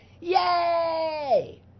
Yay